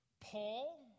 Paul